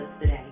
today